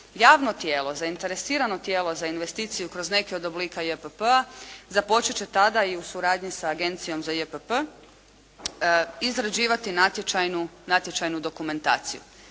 Javno tijelo, zainteresirano tijelo za investiciju kroz neke od oblika JPP-a započet će tada i u suradnji sa Agencijom za JPP izrađivati natječajnu dokumentaciju.